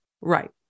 Right